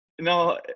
No